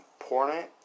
important